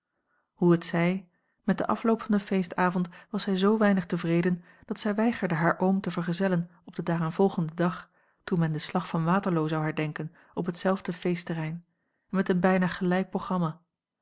hoe het zij met den afloop van den feestavond was zij zoo weinig tevreden dat zij weigerde haar oom te vergezellen op den daaraanvolgenden dag toen men den slag van waterloo zou herdenken op hetzelfde feestterrein en met een bijna gelijk programma